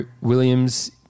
Williams